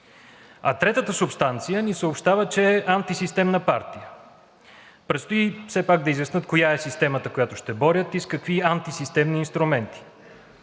Третата субстанция ни съобщава, че е антисистемна партия, но предстои все пак да изяснят коя е системата, която ще борят, и с какви антисистемни инструменти.